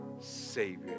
Savior